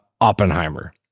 Oppenheimer